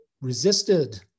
resisted